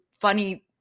funny